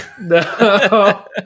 No